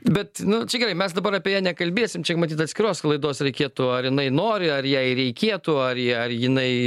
bet nu čia gerai mes dabar apie ją nekalbėsim čia matyt atskiros laidos reikėtų ar jinai nori ar jai reikėtų ar ar jinai